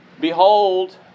Behold